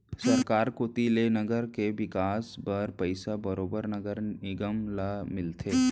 सरकार कोती ले नगर के बिकास बर पइसा बरोबर नगर निगम ल मिलथे